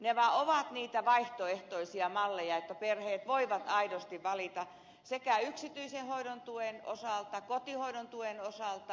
nämä ovat niitä vaihtoehtoisia malleja että perheet voivat aidosti valita yksityisen hoidon tuen osalta kotihoidon tuen osalta